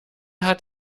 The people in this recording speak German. hat